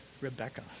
Rebecca